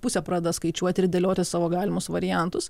pusė pradeda skaičiuoti ir dėlioti savo galimus variantus